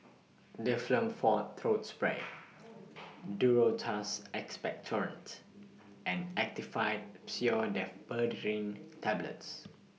Difflam Forte Throat Spray Duro Tuss Expectorant and Actifed Pseudoephedrine Tablets